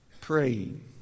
praying